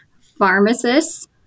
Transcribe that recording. pharmacists